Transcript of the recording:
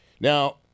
now